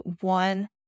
one